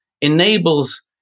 enables